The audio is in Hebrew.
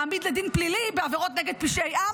להעמיד לדין פלילי בעבירות נגד פשעי עם.